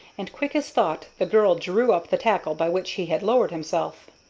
and quick as thought the girl drew up the tackle by which he had lowered himself.